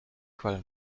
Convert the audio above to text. qualm